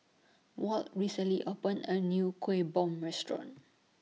Walt recently opened A New Kueh Bom Restaurant